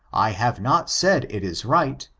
i have not said it is right.